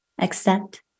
accept